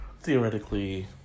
theoretically